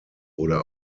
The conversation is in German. oder